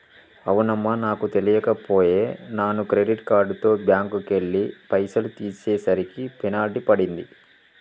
అవునమ్మా నాకు తెలియక పోయే నాను క్రెడిట్ కార్డుతో బ్యాంకుకెళ్లి పైసలు తీసేసరికి పెనాల్టీ పడింది